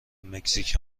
مکزیک